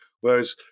whereas